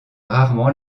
rarement